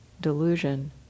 delusion